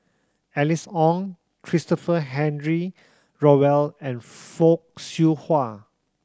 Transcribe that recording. Alice Ong Christopher Henry Rothwell and Fock Siew Hua